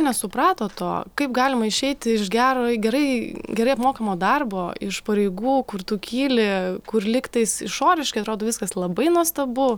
nesuprato to kaip galima išeiti iš gero gerai gerai apmokamo darbo iš pareigų kur tu kyli kur lygtais išoriškai atrodo viskas labai nuostabu